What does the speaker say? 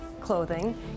clothing